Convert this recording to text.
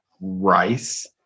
rice